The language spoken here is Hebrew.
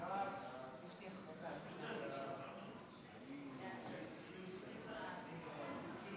בעד הצעת סיעת ישראל ביתנו